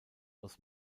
aus